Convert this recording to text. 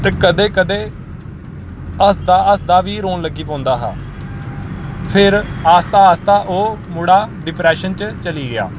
ते कदें कदें हस्सदा हस्सदा बी रोन लग्गी पौंदा हा फिर आस्ता आस्ता ओह् मुड़ा डिप्रैशन च चली गेआ